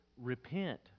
repent